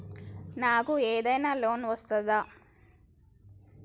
నాకు ఏదైనా లోన్ వస్తదా?